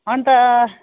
अन्त